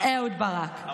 אהוד ברק,